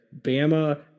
Bama